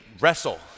wrestle